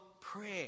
prayer